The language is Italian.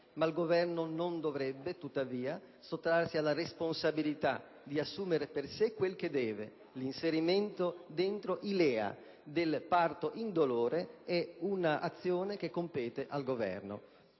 ma il Governo non dovrebbe tuttavia sottrarsi alla responsabilità di assumere per sé quel che deve. L'inserimento nei LEA del parto indolore è un'azione che compete al Governo.